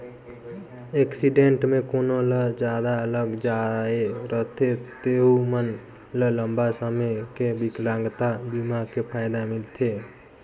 accident मे कोनो ल जादा लग जाए रथे तेहू मन ल लंबा समे के बिकलांगता बीमा के फायदा मिलथे